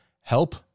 help